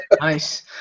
nice